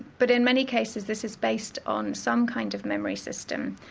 but in many cases this is based on some kind of memory system,